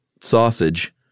sausage